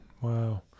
Wow